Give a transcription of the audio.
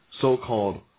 so-called